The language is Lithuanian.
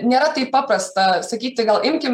nėra taip paprasta sakyti gal imkim